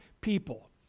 people